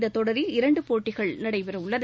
இந்த தொடரில் இரண்டு போட்டிகள் நடைபெற உள்ளது